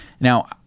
Now